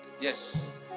Yes